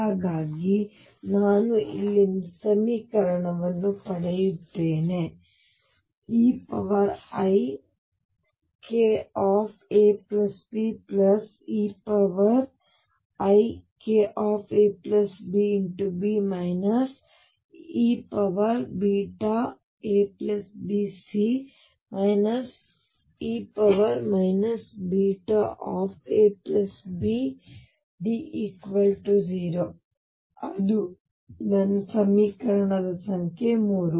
ಹಾಗಾಗಿ ನಾನು ಇಲ್ಲಿಂದ ಸಮೀಕರಣವನ್ನು ಪಡೆಯುತ್ತೇನೆ eikabAeikabB eabC e abD0 ಅದು ನನ್ನ ಸಮೀಕರಣ ಸಂಖ್ಯೆ 3